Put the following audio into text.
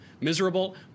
miserable